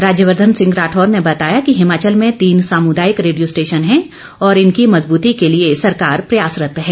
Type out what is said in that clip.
राज्यवर्धन सिंह राठौर ने बताया कि हिमाचल में तीन सामुदायिक रेडियो स्टेशन हैं और इनकी मजबूती के लिए सरकार प्रयासरत्त है